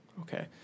Okay